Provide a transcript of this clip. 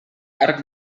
arc